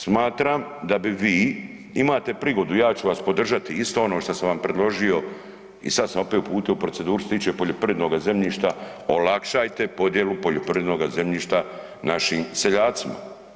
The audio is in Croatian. Smatram da bi vi, imate prigodu, ja ću vas podržati isto ono što sam vam predložio i sad sam opet uputio u proceduru što se tiče poljoprivrednoga zemljišta olakšajte podjelu poljoprivrednoga zemljišta našim seljacima.